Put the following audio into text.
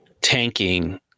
tanking